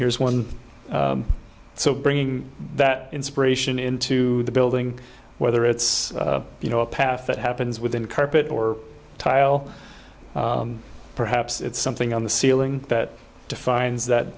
here's one so bringing that inspiration into the building whether it's you know a path that happens within a carpet or tile perhaps it's something on the ceiling that defines that